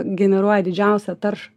generuoja didžiausią taršą